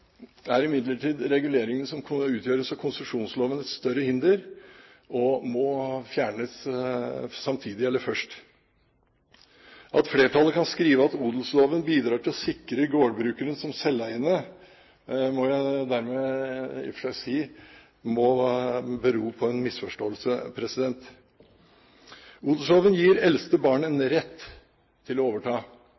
er imidlertid reguleringene som utgjøres av konsesjonslovene, et større hinder og må fjernes samtidig eller først. Når flertallet kan skrive at odelsloven bidrar til å sikre gårdbrukeren som selveiende, må det bero på en misforståelse. Odelsloven gir eldste barnet en